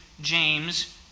James